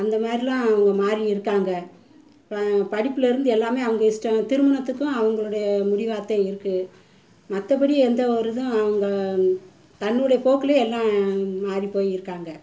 அந்தமாதிரிலாம் மாறி இருக்காங்க இப்போ படிப்பில் இருந்து எல்லாமே அவங்க இஷ்டம் திருமணத்துக்கும் அவர்களுடைய முடிவாகதான் இருக்குது மற்றபடி எந்த ஒரு இதுவும் அவங்க தன்னுடைய போக்குலேயே எல்லாம் மாறி போய் இருக்காங்க